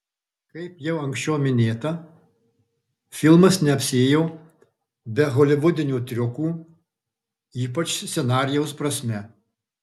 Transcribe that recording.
kaip jau anksčiau minėta filmas neapsiėjo be holivudinių triukų ypač scenarijaus prasme